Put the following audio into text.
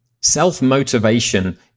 Self-motivation